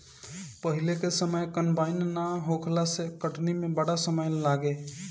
पहिले के समय कंबाइन नाइ होखला से कटनी में बड़ा ढेर समय लागे